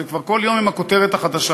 זה כבר כל יום עם הכותרת החדשה.